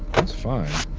that's fine